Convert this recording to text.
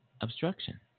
obstruction